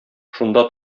шунда